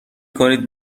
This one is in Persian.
کنید